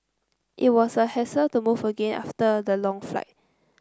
it was a hassle to move again after the long flight